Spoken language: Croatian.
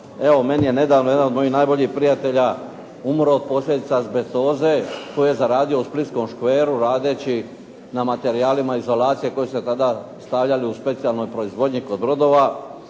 Evo, meni je nedavno jedan od mojih najboljih prijatelja umro od posljedica azbestoze koju je zaradio u Splitskom škveru radeći na materijalima izolacije koji su se tada stavljali u specijalnoj proizvodnji kod brodova.